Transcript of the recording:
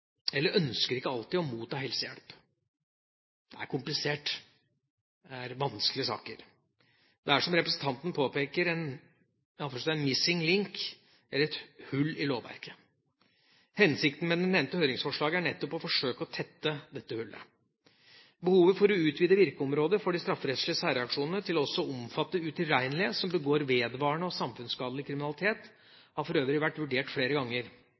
eller ønsker ikke alltid å motta helsehjelp. Det er komplisert, det er vanskelige saker. Det er som representanten påpeker, en «missing link», eller et hull, i lovverket. Hensikten med det nevnte høringsforslaget er nettopp å forsøke å tette dette hullet. Behovet for å utvide virkeområdet for de strafferettslige særreaksjonene til også å omfatte utilregnelige som begår vedvarende og samfunnsskadelig kriminalitet, har for øvrig vært vurdert flere ganger.